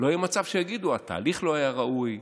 לא יהיה מצב שיגידו: התהליך לא היה ראוי,